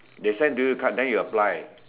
they send to you the card then you apply